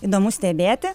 įdomu stebėti